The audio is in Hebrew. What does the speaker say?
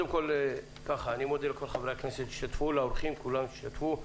אני מודה לכל חברי הכנסת ולאורחים שהשתתפו.